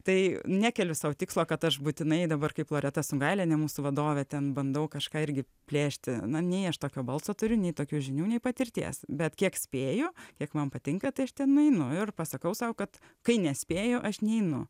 tai nekeliu sau tikslo kad aš būtinai dabar kaip loreta sungailienė mūsų vadovė ten bandau kažką irgi plėšti na nei aš tokio balso turiu nei tokių žinių nei patirties bet kiek spėju kiek man patinka tai aš ten nueinu ir pasakau sau kad kai nespėju aš neinu